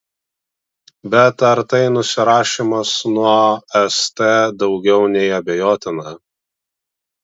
bet ar tai nusirašymas nuo st daugiau nei abejotina